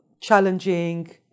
challenging